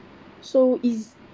so is